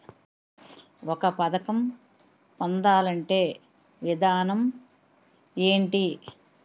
ఒక పథకం పొందాలంటే విధానం ఏంటి?